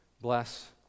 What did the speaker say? bless